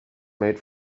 made